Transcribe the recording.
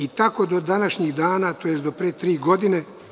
I tako do današnjeg dana, tj. do pre tri godine.